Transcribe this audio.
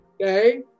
Okay